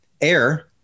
air